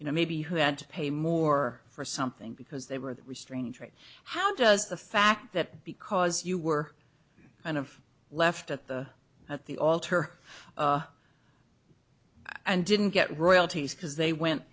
you know maybe who had to pay more for something because they were restraining trade how does the fact that because you were an of left at the at the altar and didn't get royalties because they went